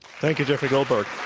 thank you, jeffrey goldberg.